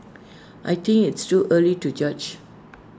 I think it's too early to judge